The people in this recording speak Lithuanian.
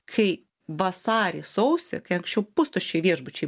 kai vasarį sausį kai anksčiau pustuščiai viešbučiai